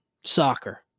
soccer